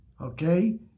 Okay